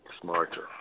smarter